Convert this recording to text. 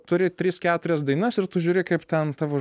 turi tris keturias dainas ir tu žiūri kaip ten tavo